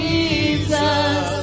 Jesus